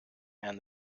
and